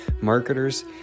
marketers